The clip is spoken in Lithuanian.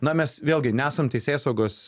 na mes vėlgi nesam teisėsaugos